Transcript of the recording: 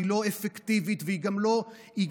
היא לא אפקטיבית והיא גם לא מתאימה,